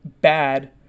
bad